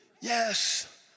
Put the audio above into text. yes